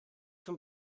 zum